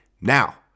now